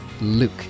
Luke